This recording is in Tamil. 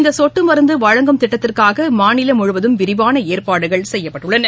இந்தசொட்டுமருந்துவழங்கும் திட்டத்திற்காகமாநிலம் முழுவதும் விரிவானஏற்பாடுகள் செய்யப்பட்டுள்ளன